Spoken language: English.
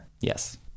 Yes